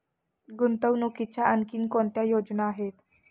गुंतवणुकीच्या आणखी कोणत्या योजना आहेत?